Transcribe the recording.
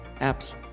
apps